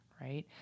right